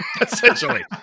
Essentially